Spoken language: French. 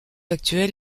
actuel